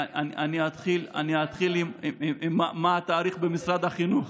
אני אתחיל עם מה התאריך עכשיו במשרד החינוך,